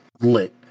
lit